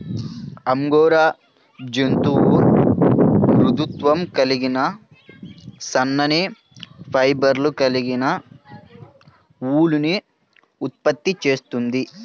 angora జంతువు మృదుత్వం కలిగిన సన్నని ఫైబర్లు కలిగిన ఊలుని ఉత్పత్తి చేస్తుంది